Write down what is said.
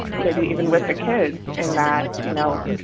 maybe even with the kids in that, you know,